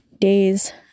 days